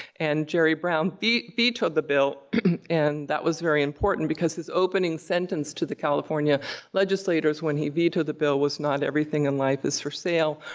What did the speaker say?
and jerry brown vetoed the bill and that was very important because his opening sentence to the california legislators when he vetoed the bill was, not everything in life is for sale,